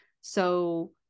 So-